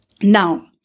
Now